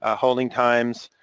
ah holding times.